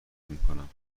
میکنم